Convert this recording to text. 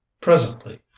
Presently